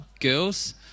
girls